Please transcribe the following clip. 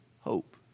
hope